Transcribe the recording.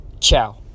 Ciao